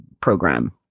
program